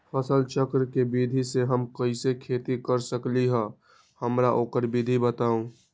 फसल चक्र के विधि से हम कैसे खेती कर सकलि ह हमरा ओकर विधि बताउ?